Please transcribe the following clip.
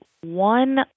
one